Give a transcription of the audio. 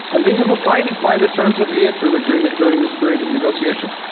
and they have abided by the terms of the interim agreement duri ng this period of negotiation.